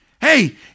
Hey